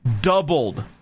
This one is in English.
doubled